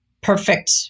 perfect